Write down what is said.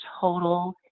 total